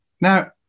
now